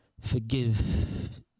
forgive